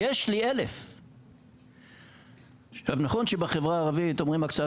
יש לי 1,000. נכון שבחברה הערבית אומרים הקצאת